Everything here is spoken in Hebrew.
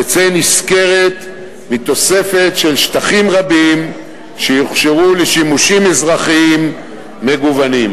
תצא נשכרת מתוספת של שטחים רבים שיוכשרו לשימושים אזרחיים מגוונים.